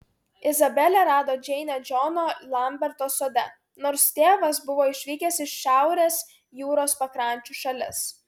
izabelė rado džeinę džono lamberto sode nors tėvas buvo išvykęs į šiaurės jūros pakrančių šalis